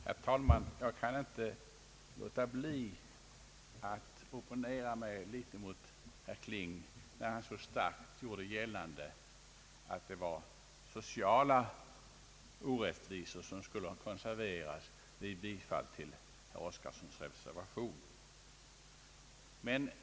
Herr talman! Jag kan inte låta bli att opponera mig mot herr Kling när han så kraftigt gör gällande att sociala orättvisor skulle konserveras vid bifall till herr Oskarsons reservation.